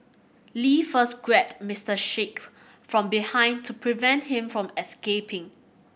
Lee first grabbed Mister Sheikh from behind to prevent him from escaping